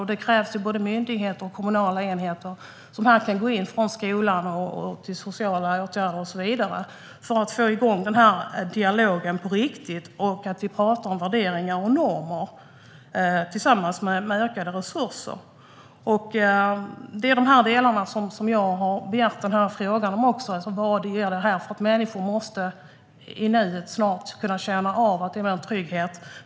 Och det krävs att myndigheter och kommunala enheter - skolan, sociala åtgärder och så vidare - kan gå in för att få igång dialogen på riktigt. Vi behöver prata om värderingar och normer, samtidigt som resurserna ökar. Det är de här delarna som har lett till att jag har ställt frågan till statsrådet. Människor måste snart kunna känna trygghet.